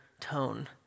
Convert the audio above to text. tone